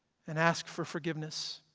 and ask for forgiveness,